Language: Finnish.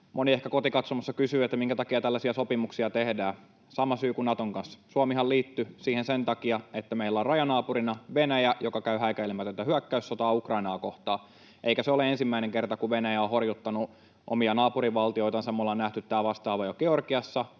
Moni ehkä kotikatsomossa kysyy, minkä takia tällaisia sopimuksia tehdään. Sama syy kuin Naton kanssa: Suomihan liittyi siihen sen takia, että meillä on rajanaapurina Venäjä, joka käy häikäilemätöntä hyökkäyssotaa Ukrainaa kohtaan. Eikä se ole ensimmäinen kerta, kun Venäjä on horjuttanut omia naapurivaltioitansa. Me ollaan nähty tämä vastaava jo Georgiassa.